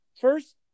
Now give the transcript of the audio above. first